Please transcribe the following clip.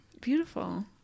beautiful